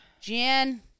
Jan